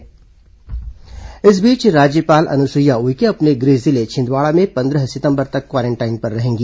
राज्यपाल क्वारेंटाइन इस बीच राज्यपाल अनुसुईया उइके अपने गृह जिले छिंदवाड़ा में पंद्रह सितंबर तक क्वारेंटाइन पर रहेंगी